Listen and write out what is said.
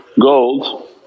gold